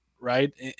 Right